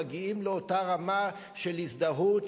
מגיעים לאותה רמה של הזדהות,